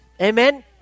Amen